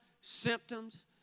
symptoms